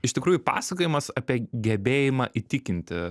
iš tikrųjų pasakojimas apie gebėjimą įtikinti